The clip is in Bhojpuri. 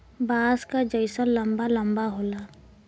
बाँस क जैसन लंबा लम्बा होला